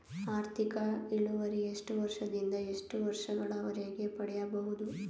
ಆರ್ಥಿಕ ಇಳುವರಿ ಎಷ್ಟು ವರ್ಷ ದಿಂದ ಎಷ್ಟು ವರ್ಷ ಗಳವರೆಗೆ ಪಡೆಯಬಹುದು?